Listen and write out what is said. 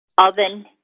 oven